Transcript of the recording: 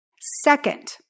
Second